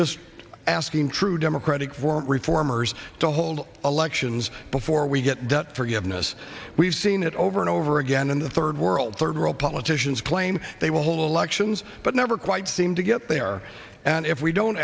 just asking true democratic weren't reformers to hold elections before we get debt forgiveness we've seen it over and over again in the third world third world politicians claim they will hold elections but never quite seem to get there and if we don't